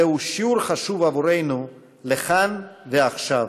זהו שיעור חשוב עבורנו לכאן ועכשיו.